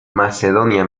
macedonia